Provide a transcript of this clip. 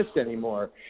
anymore